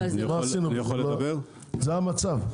זה המצב.